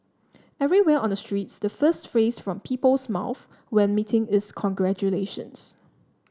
everywhere on the streets the first phrase from people's mouths when meeting is congratulations